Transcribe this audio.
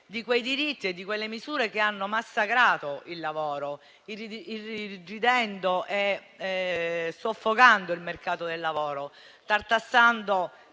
di quei diritti e di quelle misure che hanno massacrato il lavoro, irrigidendo e soffocando il mercato del lavoro, tartassando